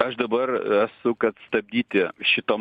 aš dabar esu kad stabdyti šito